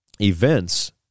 events